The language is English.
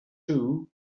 too